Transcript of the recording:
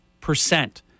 percent